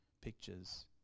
pictures